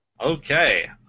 Okay